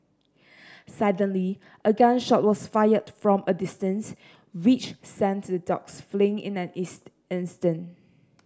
suddenly a gun shot was fired from a distance which sent the dogs fleeing in an